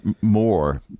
more